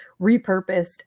repurposed